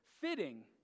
fitting